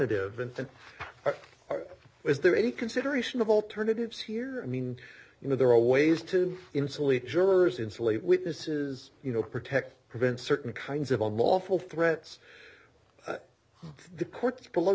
or is there any consideration of alternatives here i mean you know there are ways to insulate jurors insulate witnesses you know protect prevent certain kinds of on lawful threats the courts below